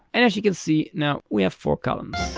and as you can see, now we have four columns.